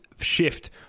shift